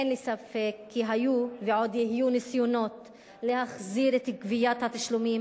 אין לי ספק כי היו ועוד יהיו ניסיונות להחזיר את גביית התשלומים